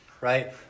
Right